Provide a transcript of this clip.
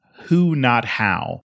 who-not-how